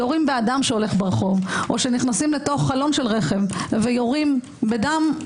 יורים באדם שהולך ברחוב או שנכנסים לתוך חלון של רכב ויורים בדם,